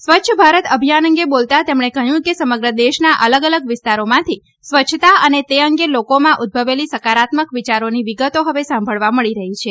સ્વચ્છ ભારત અભિયાન અંગે બોલતાં તેમણે કહ્યું કે સમગ્ર દેશના અલગ અલગ વિસ્તારોમાંથી સ્વચ્છતા અને તે અંગે લોકોમાં ઉદભવેલી સકારાત્મક વિયારોની વિગતો હવે સાંભળવા મળી રહી છે